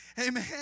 Amen